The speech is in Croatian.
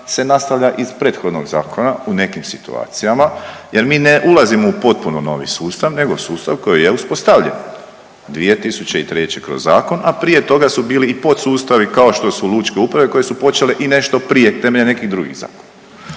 se nastavlja iz prethodnog zakona u nekim situacijama jer mi ne ulazimo u potpuno novi sustav, nego sustav koji je uspostavljen 2003. kroz zakon, a prije toga su bili i podsustavi kao što su i Lučke uprave koje su počele i nešto prije temeljem nekih drugih zakona.